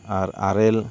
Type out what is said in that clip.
ᱟᱨ ᱟᱨᱮᱞ